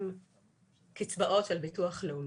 מנכים קצבאות של ביטוח לאומי,